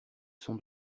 son